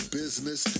business